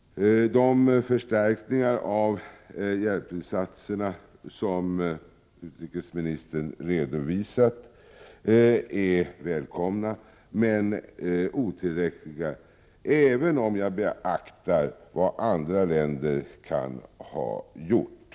De förstärkningar av hjälpinsatserna som utrikesministern har redovisat är välkomna men otillräckliga, även om jag beaktar vad andra länder kan ha gjort.